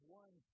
one